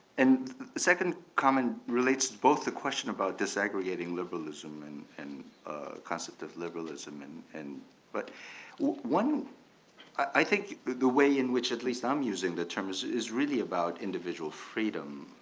and the second comment relates to both the question about dis aggregating liberalism and and concept of liberalism. and and but i think the way in which at least i'm using the term is is really about individual freedom,